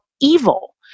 evil